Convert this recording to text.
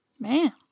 Man